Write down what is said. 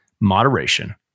moderation